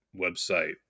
website